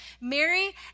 Mary